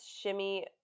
shimmy